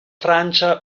francia